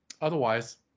Otherwise